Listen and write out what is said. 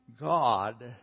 God